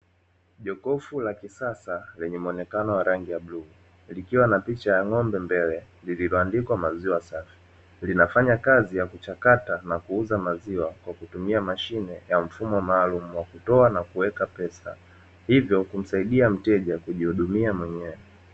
Jokofu la kisasa lenye muonekano wa rangi ya bluu likiwa na picha ya ng'ombe mbele lililoandikwa "Maziwa Safi", linafanya kazi ya kuchakata na kuuza maziwa kwa kutumia mfumo maalumu wa kutoa na kuweka pesa, hivyo kumsaidia mteja kujihudumia mwenyewe.